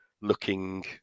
looking